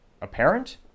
apparent